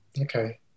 Okay